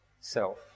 self